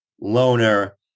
loner